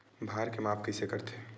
भार के माप कइसे करथे?